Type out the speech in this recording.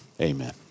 amen